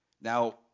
Now